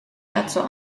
dazu